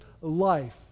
life